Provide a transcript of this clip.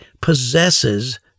possesses